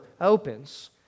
opens